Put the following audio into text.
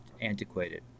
antiquated